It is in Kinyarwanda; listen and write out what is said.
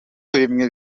bimwe